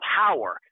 power